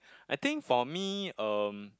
I think for me um